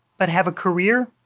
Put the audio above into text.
but have a career?